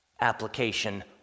application